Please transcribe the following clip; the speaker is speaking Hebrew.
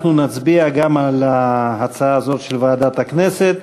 אנחנו נצביע גם על ההצעה הזאת של ועדת הכנסת.